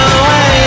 away